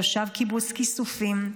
תושב קיבוץ כיסופים,